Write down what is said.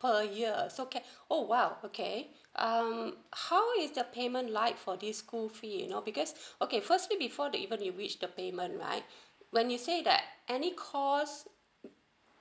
per year so can oh !wow! okay um how is the payment like for this school fees you know because okay firstly before they even they reach the payment right when you say like any course